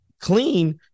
clean